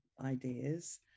ideas